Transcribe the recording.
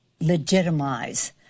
legitimize